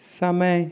समय